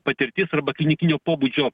patirtis arba klinikinio pobūdžio